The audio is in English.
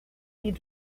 need